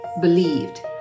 believed